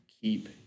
keep